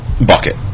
bucket